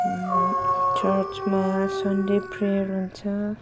चर्चमा Sunday prayer हुन्छ